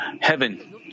heaven